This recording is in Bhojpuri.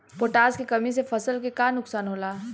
पोटाश के कमी से फसल के का नुकसान होला?